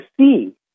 see